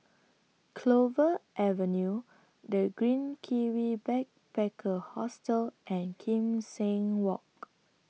Clover Avenue The Green Kiwi Backpacker Hostel and Kim Seng Walk